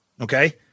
okay